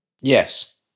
Yes